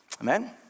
Amen